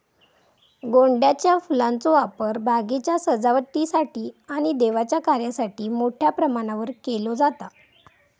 गोंड्याच्या फुलांचो वापर बागेच्या सजावटीसाठी आणि देवाच्या कार्यासाठी मोठ्या प्रमाणावर केलो जाता